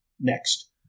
Next